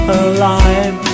alive